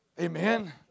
Amen